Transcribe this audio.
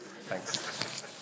Thanks